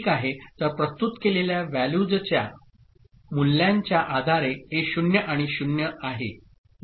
तर प्रस्तुत केलेल्या व्हॅल्यूजच्या आधारे हे 0 आणि 0 आहे बरोबर